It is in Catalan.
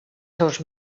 seus